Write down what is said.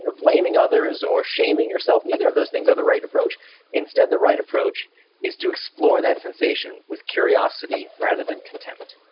and blaming others, or shaming myself neither of those things are the right approach instead, the right approach is to explore that sensation with curiosity rather than contempt.